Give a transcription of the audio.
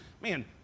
man